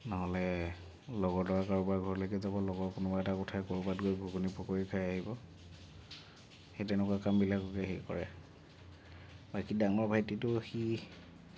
নহ'লে লগৰ ল'ৰা কাৰোবাৰ ঘৰলৈকে যাব লগৰ কোনোবা এটাক উঠাই কৰ'বাত গৈ ঘূগুনী পকৰি খাই আহিব সেই তেনেকুৱা কামবিলাককেই সি কৰে বাকী ডাঙৰ ভাইটিটো সি